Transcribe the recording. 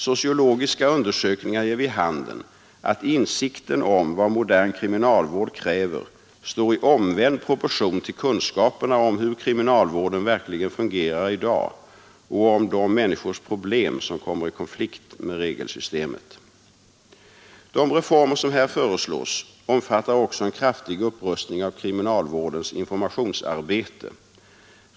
Sociologiska undersökningar ger vid handen att insikten om Nr 75 vad modern kriminalvård kräver står i omvänd proportion till kunska Torsdagen den perna om hur kriminalvården verkligen fungerar i dag och om de 26 april 1973 människors problem som kommer i konflikt med regelsystemet. De reformer som här föreslås omfattar också en kraftig upprustning av kriminalvårdens informationsarbete.